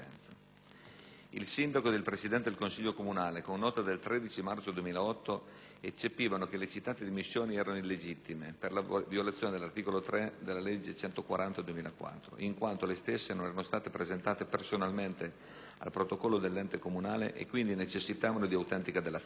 Il Sindaco ed il presidente del Consiglio comunale, con nota del 13 marzo 2008, eccepivano che le citate dimissioni erano illegittime, per la violazione dell'articolo 3 della legge n. 140 del 2004, in quanto le stesse non erano state presentate personalmente al protocollo dell'ente comunale e quindi necessitavano di autentica della firma.